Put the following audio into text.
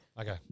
Okay